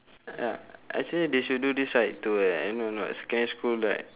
ya actually they should do this right to like I don't know know secondary school like